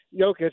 Jokic